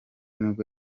nibwo